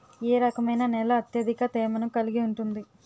ఏ రకమైన నేల అత్యధిక తేమను కలిగి ఉంటుంది?